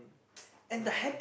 yeah